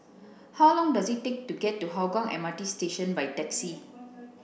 how long does it take to get to Hougang M R T Station by taxi